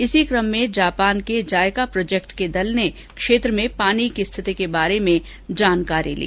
इसी कम में जापान के जायका प्रोजेक्ट के दल ने क्षेत्र में पानी की स्थिति के बारे में जानकारी ली